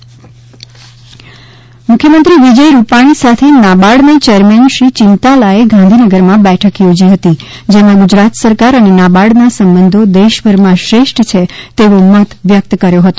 CM NABARD મુખ્યમંત્રી વિજય રૂપાણી સાથે નાબાર્ડના ચેરમેન શ્રી ચિંતાલાએ ગાંધીનગરમાં બેઠક યોજી હતી જેમાં ગુજરાત સરકાર અને નાબાર્ડના સંબંધો દેશભરમાં શ્રેષ્ઠ છે તેવો મત વ્યક્ત કર્યો હતો